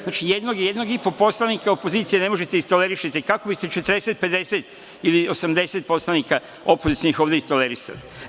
Znači, jednog, jednog i po poslanika opozicija ne možete da tolerišete, kako bi ste 40, 50 ili 80 poslanika opozicionih ovde tolerisali?